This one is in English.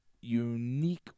unique